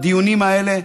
בדיונים האלה,